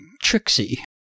Trixie